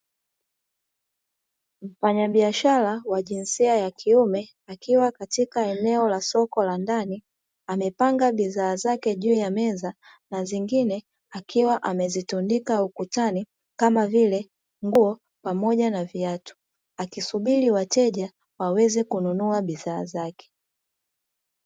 Mfanyabiashara wa jinsia ya kiume akiwa katika eneo la soko la ndani amepanga bidhaa zake juu ya meza na zingine akiwa amezitundika ukutani kama vile: nguo pamoja na viatu, akisubiri wateja waweze kununua bidhaa zake.